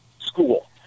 school